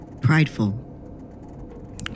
prideful